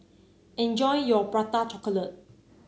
enjoy your Prata Chocolate